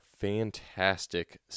fantastic